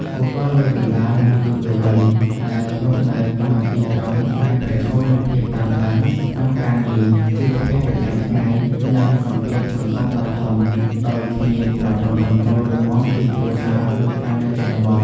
បុគ្គលវ័យកណ្ដាល និងយុវវ័យដែលរស់នៅក្នុងទីក្រុងអាចប្រឈមនឹងភាពតានតឹងក្នុងការងារ ជីវភាពប្រចាំថ្ងៃ និងសម្ពាធសង្គមដ៏ធំ ដោយគ្មានប្រព័ន្ធគាំទ្ររឹងមាំពីគ្រួសារដូចកាលនៅជនបទ។